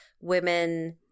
women